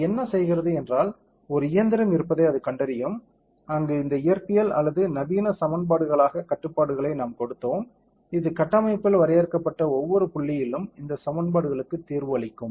அது என்ன செய்கிறது என்றால் ஒரு இயந்திரம் இருப்பதை அது அறியும் அங்கு இந்த இயற்பியல் அல்லது நவீன சமன்பாடுகளாக கட்டுப்பாடுகளைக் நாம் கொடுத்தோம் இது கட்டமைப்பில் வரையறுக்கப்பட்ட ஒவ்வொரு புள்ளியிலும் இந்த சமன்பாடுகளுக்கு தீர்வு அளிக்கும்